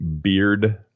beard